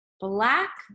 black